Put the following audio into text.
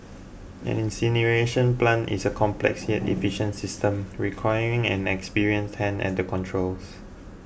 an incineration plant is a complex yet efficient system requiring an experienced hand at the controls